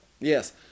Yes